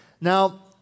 Now